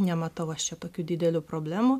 nematau aš čia tokių didelių problemų